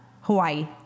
Hawaii